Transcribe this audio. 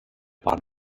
bahn